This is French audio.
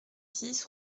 six